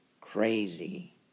crazy